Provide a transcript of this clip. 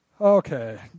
Okay